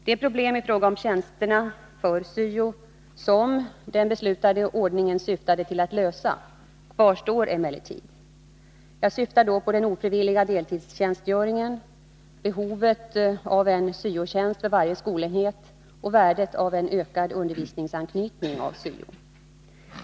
De problem i fråga om tjänsterna för syo som den beslutade ordningen syftade till att lösa kvarstår emellertid. Jag syftar då på den ofrivilliga deltidstjänstgöringen, behovet av en syo-tjänst för varje skolenhet och värdet av en ökad undervisningsanknytning av syon.